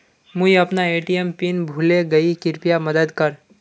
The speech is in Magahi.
मुई अपना ए.टी.एम पिन भूले गही कृप्या मदद कर